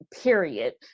period